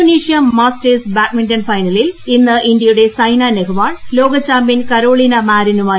Indonesia Masters badminton ഫൈനലിൽ ഇന്ന് ഇന്ത്യയുടെ സൈനാ നെഹ്വാൾ ലോക ചാമ്പ്യൻ കരോ ളിനാ മാരിനുമായി ഏറ്റുമുട്ടും